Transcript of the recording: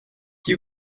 you